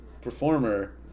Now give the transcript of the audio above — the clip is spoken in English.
performer